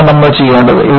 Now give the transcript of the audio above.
ഇതാണ് നമ്മൾ ചെയ്യേണ്ടത്